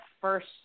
first